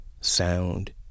sound